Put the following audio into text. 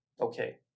okay